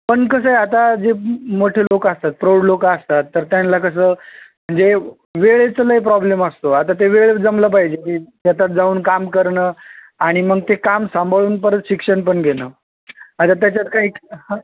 पण कसं आहे आता जे मोठे लोकं असतात प्रौढ लोक असतात तर त्यांना कसं म्हणजे वेळेचं लय प्रॉब्लेम असतो आता ते वेळेत जमलं पाहिजे शेतात जाऊन काम करणं आणि मग ते काम सांभाळून परत शिक्षण पण घेणं आता त्याच्यात काय हा